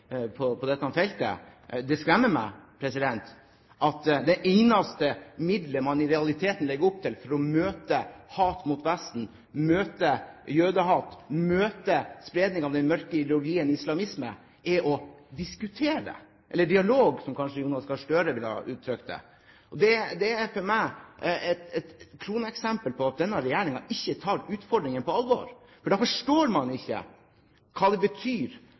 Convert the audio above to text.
feltet. Det skremmer meg at det eneste middelet man i realiteten legger opp til for å møte hatet mot Vesten, møte jødehat, møte spredning av den mørke ideologien islamisme, er å diskutere – eller dialog, som Jonas Gahr Støre kanskje ville ha uttrykt det. Det er for meg et kroneksempel på at denne regjeringen ikke tar utfordringen på alvor. For man forstår ikke hva det betyr